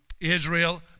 Israel